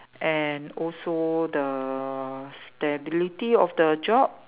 and also the stability of the job